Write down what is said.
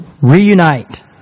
Reunite